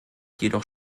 jedoch